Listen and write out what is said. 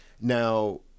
Now